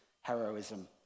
heroism